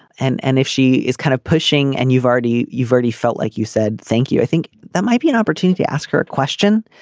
and and if she is kind of pushing and you've already you've already felt like you said thank you. i think that might be an opportunity ask her a question.